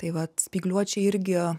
tai vat spygliuočiai irgi